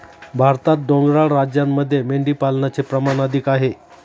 भारतात डोंगराळ राज्यांमध्ये मेंढीपालनाचे प्रमाण अधिक आहे